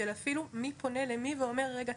של אפילו מי פונה למי ואומר רגע,